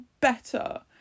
better